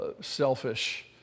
selfish